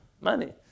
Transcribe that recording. money